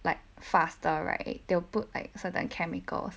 like faster right they'll put like certain chemicals